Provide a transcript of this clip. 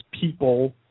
people